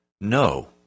no